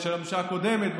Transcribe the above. של הממשלה הקודמת?